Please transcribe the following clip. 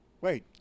Wait